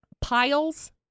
piles